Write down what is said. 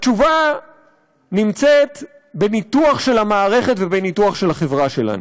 התשובה נמצאת בניתוח של המערכת ובניתוח של החברה שלנו.